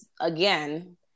again